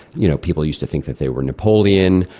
you know, people used to think that they were napoleon,